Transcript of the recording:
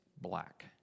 black